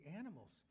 animals